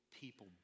people